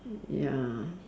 ya